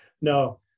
no